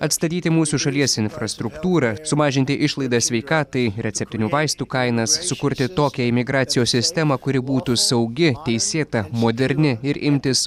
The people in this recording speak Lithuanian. atstatyti mūsų šalies infrastruktūrą sumažinti išlaidas sveikatai receptinių vaistų kainas sukurti tokią imigracijos sistemą kuri būtų saugi teisėta moderni ir imtis